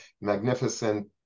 magnificent